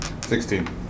Sixteen